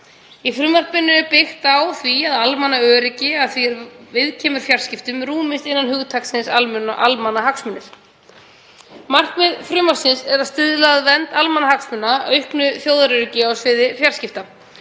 Í frumvarpinu er byggt á því að almannaöryggi, að því er viðkemur fjarskiptum, rúmist innan hugtaksins almannahagsmunir. Markmið frumvarpsins er að stuðla að vernd almannahagsmuna og auknu þjóðaröryggi á sviði fjarskipta.